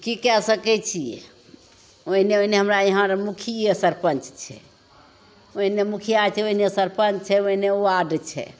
कि कै सकै छिए ओहने ओहने हमरा हिआँ आओर मुखिए सरपञ्च छै ओहने मुखिआ छै ओहने सरपञ्च छै ओहने वार्ड छै